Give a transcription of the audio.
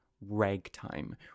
Ragtime